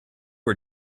are